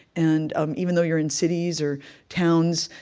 and um even though you're in cities or towns,